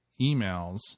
emails